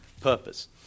purpose